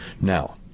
Now